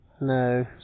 No